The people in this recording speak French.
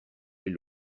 les